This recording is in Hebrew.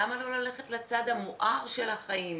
למה לא ללכת לצד המואר של החיים',